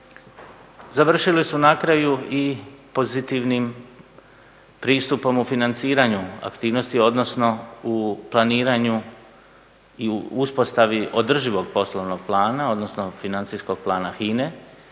završili su na kraju i pozitivnim pristupom u financiranju aktivnosti, odnosno u planiranju i u uspostavi održivog poslovnog plana odnosno financijskog plana FINA-e.